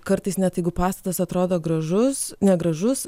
kartais net jeigu pastatas atrodo gražus negražus